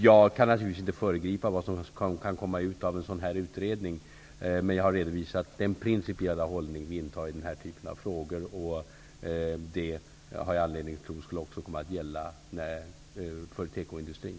Jag kan naturligtvis inte föregripa vad som kan komma ut av en sådan utredning, men jag har redovisat den principiella hållning vi intar i den här typen av frågor. Det har jag anledning att tro också kommer att gälla för tekoindustrin.